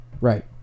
Right